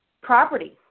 property